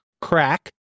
Crack